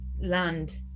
land